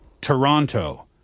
Toronto